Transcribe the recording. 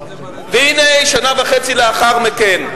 והנה, שנה וחצי לאחר מכן,